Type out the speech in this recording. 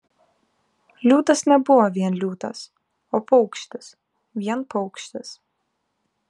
liūtas nebuvo vien liūtas o paukštis vien paukštis